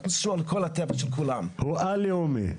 הוא א-לאומי.